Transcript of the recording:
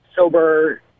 sober